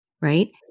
right